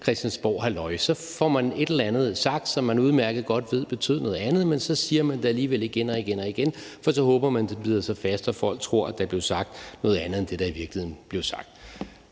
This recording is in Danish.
christiansborghalløj, hvor man får sagt et eller andet, som man udmærket godt ved betød noget andet, men alligevel siger man det igen og igen, for så håber man, at det bider sig fast og folk tror, at der blev sagt noget andet end det, der i virkeligheden blev sagt.